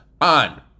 on